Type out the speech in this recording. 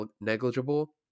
negligible